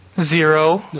zero